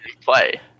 play